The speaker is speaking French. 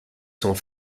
sont